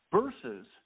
versus